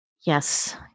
Yes